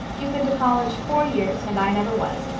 you've been to college four years and i never was,